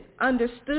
understood